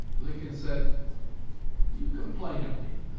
lincoln said you complain of me.